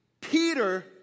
Peter